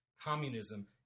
Communism